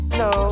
no